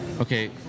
Okay